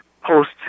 post